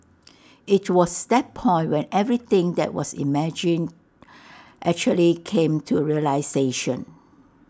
IT was that point when everything that was imagined actually came to realisation